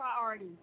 priority